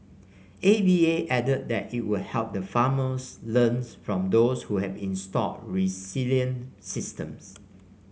A V A added that it will help the farmers learn from those who have installed resilient systems